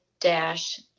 dash